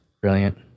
Brilliant